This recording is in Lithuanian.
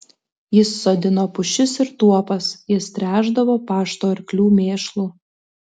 jis sodino pušis ir tuopas jas tręšdavo pašto arklių mėšlu